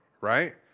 right